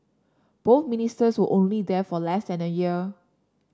both Ministers were only there for less than a year